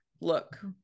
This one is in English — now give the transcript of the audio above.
look